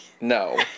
No